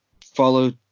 Follow